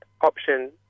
option